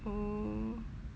oh